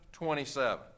27